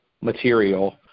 material